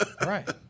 Right